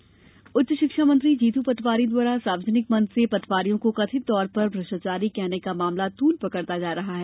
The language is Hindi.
पटवारी प्रदर्शन उच्च शिक्षा मंत्री जीतू पटवारी द्वारा सार्वजनिक मंच से पटवारियों को कथित तौर पर भ्रष्टाचारी कहने का मामला तूल पकड़ता जा रहा है